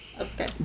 Okay